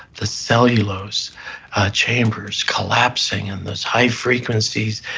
the cellulose chambers collapsing and those high frequencies.